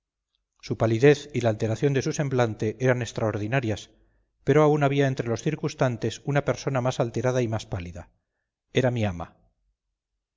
su palidez y la alteración de su semblante eran extraordinarias pero aún había entre los circunstantes una persona más alterada y más pálida era mi ama